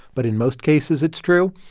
but in most cases, it's true.